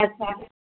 अच्छा